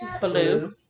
Blue